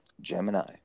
gemini